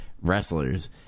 Wrestlers